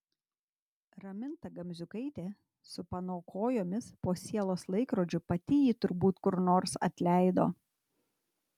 raminta gamziukaitė su pano kojomis po sielos laikrodžiu pati jį turbūt kur nors atleido